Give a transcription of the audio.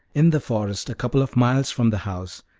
in the forest, a couple of miles from the house,